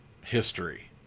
history